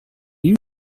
you